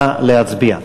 נא להצביע.